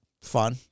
fun